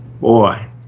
Boy